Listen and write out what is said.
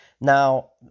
Now